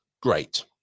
great